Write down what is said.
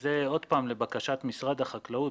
זה לבקשת משרד החקלאות